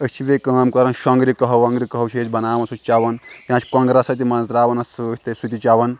أسۍ چھِ بیٚیہِ کٲم کَران شۄنٛگرِ کَہوٕ وۄنٛگرِ کَہوٕ چھِ أسۍ بَناوان سُہ چھِ چٮ۪وان یا چھِ کۄنٛگہٕ رَژھا تہِ منٛزٕ ترٛاوان اَتھ سۭتۍ تہٕ سُہ تہِ چٮ۪وان